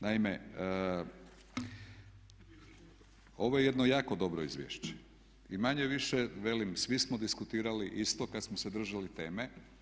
Naime, ovo je jedno jako dobro izvješće i manje-više, velim svi smo diskutirali isto kada smo se držali teme.